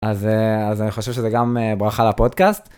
אז אני חושב שזה גם ברכה לפודקאסט.